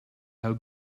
how